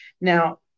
now